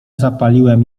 zapaliłem